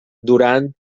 durant